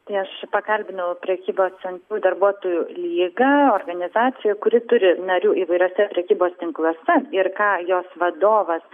tai aš pakalbinau prekybos centrų darbuotojų lygą organizaciją kuri turi narių įvairiuose prekybos tinkluose ir ką jos vadovas